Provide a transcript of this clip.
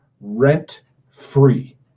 rent-free